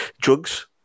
drugs